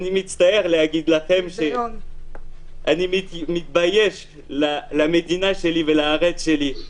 אני מצטער להגיד לכם שאני מתבייש במדינה שלי ובארץ שלי.